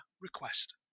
request